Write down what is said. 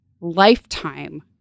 lifetime